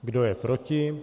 Kdo je proti?